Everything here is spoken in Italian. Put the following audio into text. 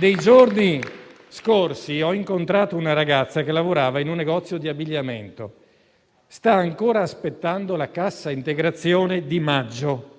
nei giorni scorsi ho incontrato una ragazza che lavorava in un negozio di abbigliamento; sta ancora aspettando la cassa integrazione di maggio e,